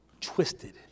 twisted